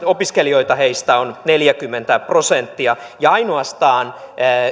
opiskelijoita heistä on neljäkymmentä prosenttia ja ainoastaan